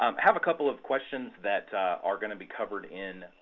um have a couple of questions that are going to be covered in